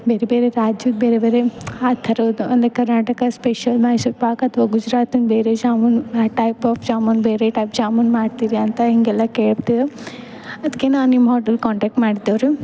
ಬೇರೆ ಬೇರೆ ರಾಜ್ಯದ ಬೇರೆ ಬೇರೆ ಆ ಥರದ್ ಅಂದರೆ ಕರ್ನಾಟಕ ಸ್ಪೆಷಲ್ ಮೈಸೂರ್ ಪಾಕ್ ಅಥ್ವ ಗುಜರಾತಿಂದು ಬೇರೆ ಜಾಮುನ್ ಟೈಪ್ ಆಫ್ ಜಾಮೂನ್ ಬೇರೆ ಟೈಪ್ ಜಾಮೂನ್ ಮಾಡ್ತೀರಿ ಅಂತ ಹಿಂಗೆಲ್ಲ ಕೇಳ್ತ ಅದಕ್ಕೆ ನಾನು ನಿಮ್ಮ ಹೋಟೆಲ್ ಕಾಂಟಾಕ್ಟ್ ಮಾಡಿದ್ವಿರಿ